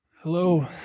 Hello